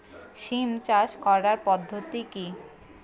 সিম চাষ করার পদ্ধতি কী?